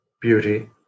beauty